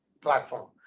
platform